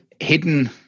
hidden